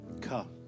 Come